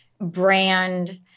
brand